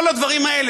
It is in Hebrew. כל הדברים האלה,